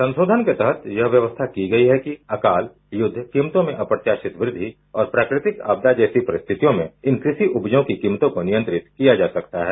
संशोधन के तहत यह व्यवस्था की गयी है कि अकाल युद्ध कीमतों में अप्रत्याशित वृद्धि और प्राकृतिक आपदा जैसी परिस्थितियों में इन क्राष्ट उपजों की कीमतों को नियंत्रित किया जा सकता है